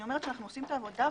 אני אומרת שאנחנו עושים את העבודה.